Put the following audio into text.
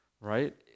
right